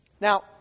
Now